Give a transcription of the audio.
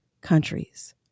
countries